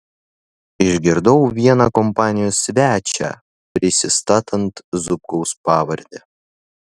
išgirdau vieną kompanijos svečią prisistatant zubkaus pavarde